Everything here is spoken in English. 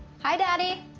hi, daddy.